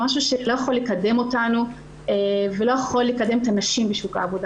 זה משהו שלא יכול לקדם אותנו ולא יכול לקדם את הנשים בשוק העבודה.